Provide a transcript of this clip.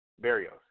Barrios